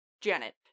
Janet